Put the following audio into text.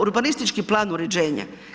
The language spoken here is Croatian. Urbanistički plan uređenja.